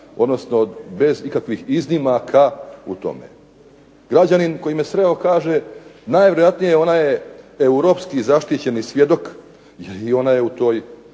odnosno bez ikakvih iznimaka u tome. Građanin koji me sreo kaže, najvjerojatnije ona je europski zaštićeni svjedok, jer i ona je u toj